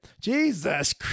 Jesus